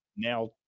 Now